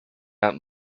out